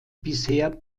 bisher